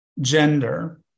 gender